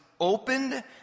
opened